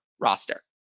roster